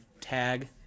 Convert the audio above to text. tag